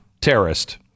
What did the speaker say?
terrorist